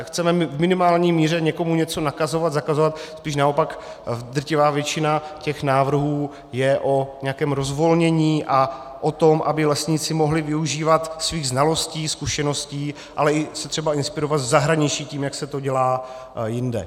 Chceme v minimální míře někomu něco nakazovat, zakazovat, spíše naopak drtivá většina těch návrhů je o nějakém rozvolnění a o tom, aby lesníci mohli využívat svých znalostí, zkušeností, ale i se třeba inspirovat v zahraničí tím, jak se to dělá jinde.